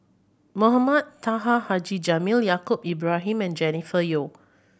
Mohamed Taha Haji Jamil Yaacob Ibrahim and Jennifer Yeo